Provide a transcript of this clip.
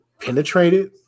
penetrated